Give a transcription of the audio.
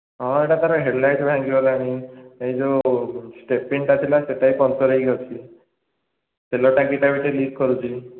ହଁ ଏଇଟା ତା'ର ହେଡ଼୍ଲାଇଟ୍ ଭାଙ୍ଗିଗଲାଣି ଏଇ ଯେଉଁ ଷ୍ଟେପିନ୍ଟା ଥିଲା ସେଇଟା ବି ପଙ୍କ୍ଚର୍ ହୋଇକି ଅଛି ତେଲ ଟାଙ୍କିଟା ବି ଟିକିଏ ଲିକ୍ କରୁଛି